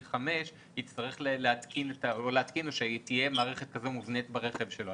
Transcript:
חמש יצטרך להתקין או שתהיה מערכת מובנית כזאת ברכב שלו.